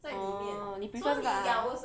orh 你 prefer 这个 ah